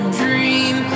dream